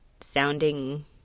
sounding